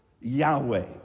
Yahweh